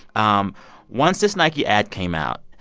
um once this nike ad came out,